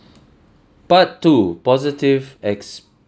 part two positive experience